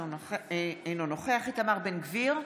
אינו נוכח איתמר בן גביר,